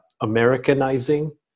Americanizing